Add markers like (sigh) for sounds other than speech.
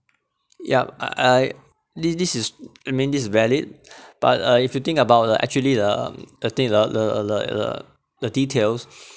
yup I I this this is I mean this is valid but uh if you think about uh actually um the thing (noise) like the the details